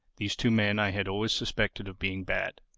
these two men i had always suspected of being bad.